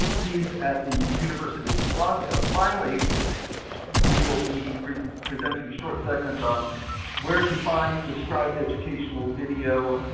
he is at the university of toronto. finally we will be presenting presenting short segment on where to find described educational video